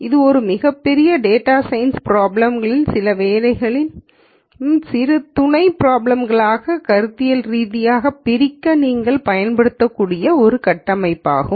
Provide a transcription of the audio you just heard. இது ஒரு பெரிய டேட்டா சயின்ஸ் ப்ராப்ளம் களை சில வேலை பாணியில் சிறிய துணை ப்ராப்ளம் களாக கருத்தியல் ரீதியாக பிரிக்க நீங்கள் பயன்படுத்தக்கூடிய ஒரு கட்டமைப்பாகும்